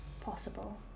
possible